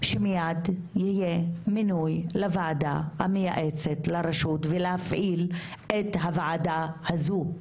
שמייד יהיה מינוי לוועדה המייעצת לרשות ולהפעיל את הוועדה הזו.